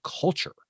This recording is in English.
culture